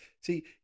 See